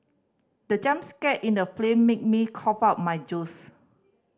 the jump scare in the film made me cough out my juice